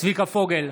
צביקה פוגל,